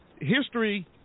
history